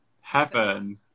Heaven